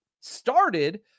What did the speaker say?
started